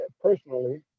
personally